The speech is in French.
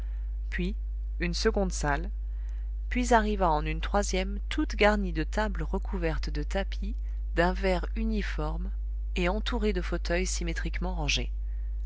puis une seconde salle puis arriva en une troisième toute garnie de tables recouvertes de tapis d'un vert uniforme et entourées de fauteuils symétriquement rangés